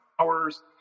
Hours